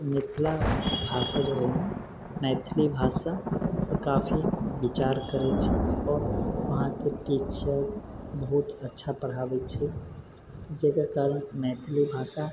मिथिला भाषा जो हइ ने मैथिली भाषा ओ काफी विचार करैत छै आओर वहाँके टीचर बहुत अच्छा पढ़ाबै छै जकर कारण मैथिली भाषा